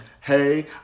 hey